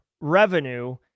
revenue